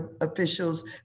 officials